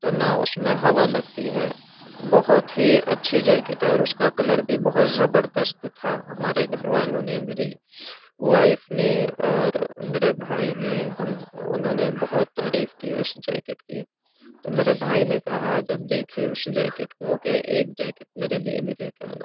نہ اس میں ہوا لگتی ہے بہت ہی اچھی جیکٹ ہے اور اس کا کلر بھی بہت زبردست تھا ہمارے گھر والوں نے میری وائف نے اور میرے بھائی نے ہم انہوں نے بہت تعریف کی اس جیکٹ کی تو میرے بھائی نے کہا جب دیکھیے اس جیکٹ کو کہ ایک جیکٹ میرے لیے بھی لے کے آنا